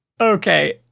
Okay